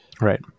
Right